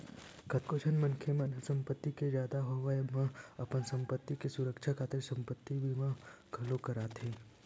कतको झन मनखे मन ह संपत्ति के जादा होवब म अपन संपत्ति के सुरक्छा खातिर संपत्ति बीमा घलोक कराथे